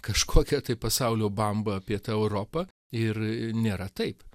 kažkokią tai pasaulio bambą apie tą europą ir nėra taip